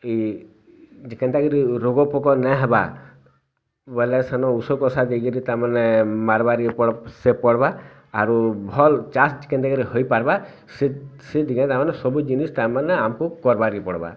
ଇ କେନ୍ତା କରି ରୋଗ ପୋକ ନାଇଁ ହେବା ବୋଲେ ସେନୁ ଉଷୋ କଷା ଦେଇ କରି ତା'ମାନେ ମାରବାରକେ ସେ ପଡ଼ବା ଆରୁ ଭଲ୍ ଚାଷ୍ କେନ୍ତା କରି ହୋଇ ପାରବା ସେ ଦିଗେ ତା'ମାନେ ସବୁ ଜିନିଷ ତା'ମାନେ ଆମକୁ କରବାକେ ପଡ଼ବା